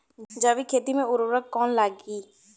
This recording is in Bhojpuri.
जैविक खेती मे उर्वरक कौन लागी?